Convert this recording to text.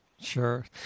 sure